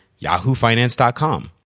yahoofinance.com